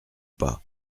pas